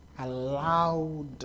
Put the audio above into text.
Allowed